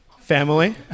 family